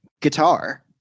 Guitar